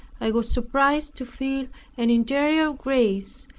i was surprised to feel an interior grace,